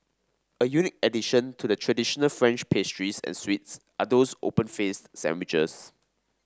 a unique addition to the traditional French pastries and sweets are those open faced sandwiches